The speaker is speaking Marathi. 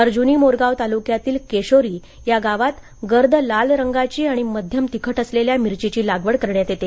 अर्ज्नी मोरगाव तालुक्यातील केशोरी या गावात गर्द लाल रंगाची आणि मध्यम तिखट असलेल्या मिरचीची लागवड करण्यात येते